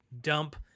dump